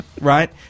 right